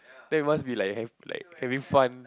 then you must be like hav~ like having fun